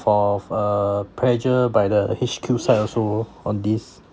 prof~ uh pressure by the H_Q side also on this